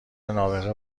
نابغه